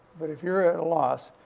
but if you're at a loss,